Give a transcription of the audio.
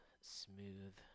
smooth